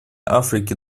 африки